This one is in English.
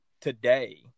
today